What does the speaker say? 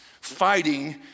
fighting